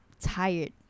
tired